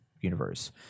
universe